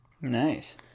nice